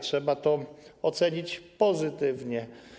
Trzeba to ocenić pozytywnie.